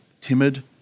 timid